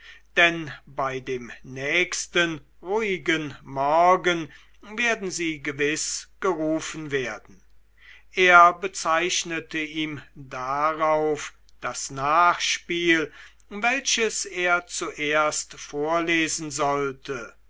denn bei dem nächsten ruhigen morgen werden sie gewiß gerufen werden er bezeichnete ihm darauf das nachspiel welches er zuerst vorlesen sollte